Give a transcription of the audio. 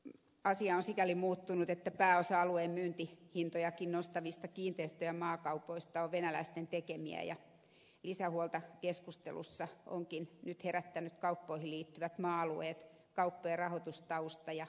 nyt asia on sikäli muuttunut että pääosa alueen myyntihintojakin nostavista kiinteistö ja maakaupoista on venäläisten tekemiä ja lisähuolta keskustelussa onkin nyt herättänyt kauppoihin liittyvät maa alueet kauppojen rahoitustausta ja bulvaanien käyttö